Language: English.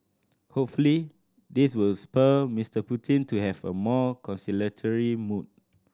hopefully this will spur Mr Putin to have a more conciliatory mood